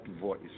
voice